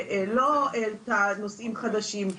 שלא העלתה נושאים חדשים,